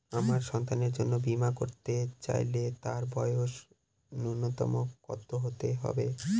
আমার সন্তানের জন্য বীমা করাতে চাইলে তার বয়স ন্যুনতম কত হতেই হবে?